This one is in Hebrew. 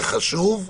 זה חשוב,